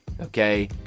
Okay